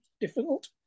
difficult